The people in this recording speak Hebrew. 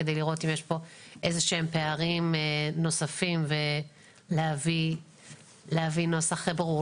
כדי לראות אם יש כאן איזשהם פערים נוספים ולהביא נוסח ברור.